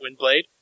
Windblade